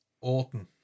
Orton